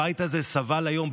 הבית הזה סבל היום,